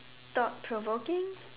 thought provoking